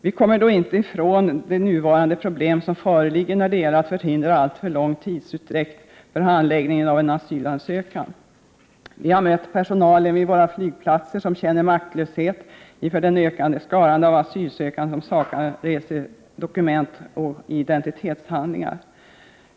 Vi kommer då inte ifrån de nuvarande problem som föreligger när det gäller att förhindra alltför lång tidsutdräkt beträffande handläggningen av en asylansökan. Vi har vid våra flygplatser mött personal, som känner maktlöshet inför den ökande skaran av asylsökande utan resedokument och identitetshandlingar.